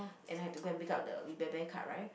and then I have to go and pick up the We Bare Bear card right